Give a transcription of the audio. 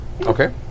Okay